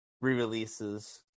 re-releases